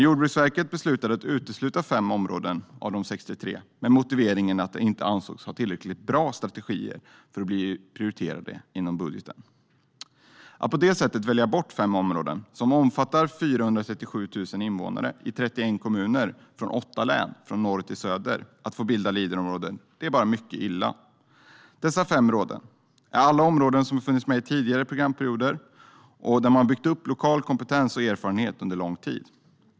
Jordbruksverket beslutade dock att utesluta 5 områden av 63, med motiveringen att de inte ansågs ha tillräckligt bra strategier för att bli prioriterade i budgeten. Att på det sättet undanta fem områden - som omfattar 437 000 landsbygdsinvånare i 31 kommuner från 8 län från norr till söder - från att få bilda Leaderområden är mycket illa. Dessa fem områden är alla sådana som funnits med i tidigare programperioder och där man har byggt upp lokal kompetens och erfarenhet under lång tid.